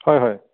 হয় হয়